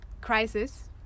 crisis